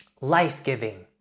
life-giving